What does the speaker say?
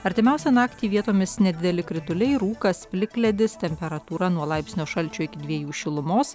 artimiausią naktį vietomis nedideli krituliai rūkas plikledis temperatūra nuo laipsnio šalčio iki dviejų šilumos